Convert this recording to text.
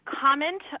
comment